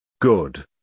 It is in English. Good